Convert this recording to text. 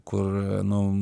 kur nu